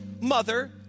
mother